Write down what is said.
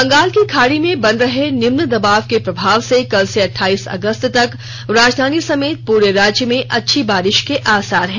बंगाल की खाड़ी में बन रहे निम्न दबाव के प्रभाव से कल से अठाईस अगस्त तक राजधानी समेत प्रे राज्य में अच्छी बारिश के आसार हैं